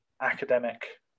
academic